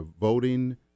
voting